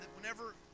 whenever